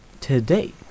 today